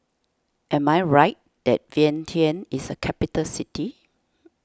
am I right that Vientiane is a capital city